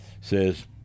says